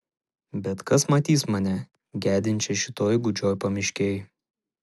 bet kas matys mane gedinčią šitoj gūdžioj pamiškėj